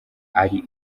ari